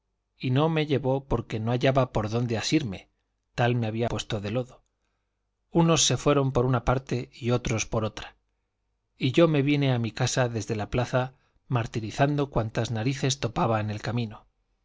y no me llevó porque no hallaba por donde asirme tal me había puesto del lodo unos se fueron por una parte y otros por otra y yo me vine a mi casa desde la plaza martirizando cuantas narices topaba en el camino